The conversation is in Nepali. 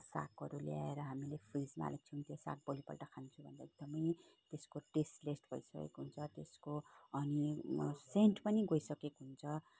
सागहरू ल्याएर हामीले फ्रिजमा हालेको छौँ त्यो साग भोलिपल्ट खान्छुु भन्दा एकदमै त्यसको टेस्टलेस् भइसकेको हुन्छ त्यसको अनि सेन्ट पनि गइसकेको हुन्छ